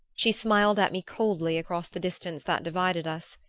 she smiled at me coldly across the distance that divided us.